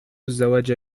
الزواج